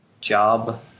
job